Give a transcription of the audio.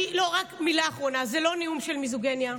רק מילה אחרונה: זה לא נאום של מיזוגיניה,